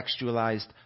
contextualized